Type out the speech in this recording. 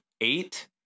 eight